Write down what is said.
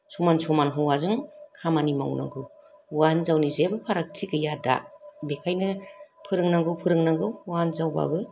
समान समान हौवाजों खामानि मावनांगौ हौवा हिनजावनि जेबो फारागथि गैया दा बेखायनो फोरोंनांगौ फोरोंनांगौ हिनजावबाबो